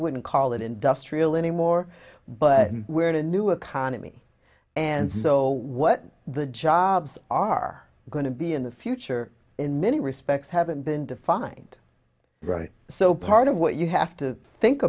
wouldn't call it industrial anymore but we're in a new economy and so what the jobs are going to be in the future in many respects haven't been defined right so part of what you have to think